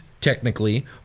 technically